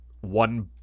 one